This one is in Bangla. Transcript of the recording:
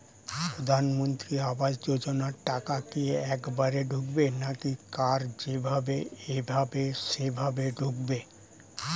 প্রধানমন্ত্রী আবাস যোজনার টাকা কি একবারে ঢুকবে নাকি কার যেভাবে এভাবে সেভাবে ঢুকবে?